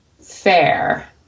fair